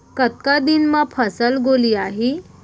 कतका दिन म फसल गोलियाही?